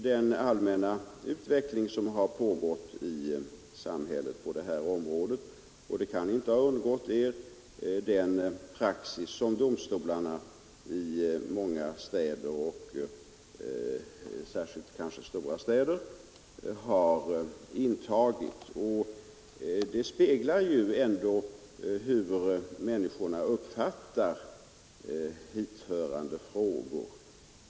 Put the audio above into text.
Den allmänna utveckling som pågått i samhället på detta område kan ju inte ha undgått er, liksom inte heller den praxis som domstolarna i många städer, och särskilt kanske i stora städer, har tillämpat. Detta speglar ändå hur människorna uppfattar hithörande frågor.